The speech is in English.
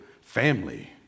family